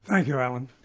thank you, alan.